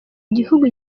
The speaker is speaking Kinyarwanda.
igihugu